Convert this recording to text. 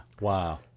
wow